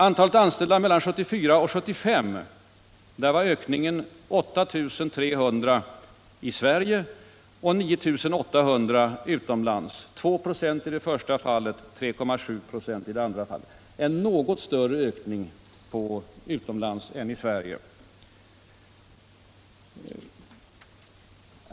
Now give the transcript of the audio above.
Mellan 1974 och 1975 var ökningen 8 300 i Sverige och 9 800 utomlands, 2 96 i det första fallet, 3,7 26 i det andra fallet — en något större ökning utomlands än i Sverige alltså.